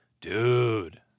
Dude